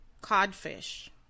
Codfish